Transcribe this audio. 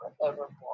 forevermore